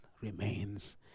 remains